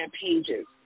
pages